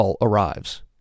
arrives